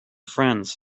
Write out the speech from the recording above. friends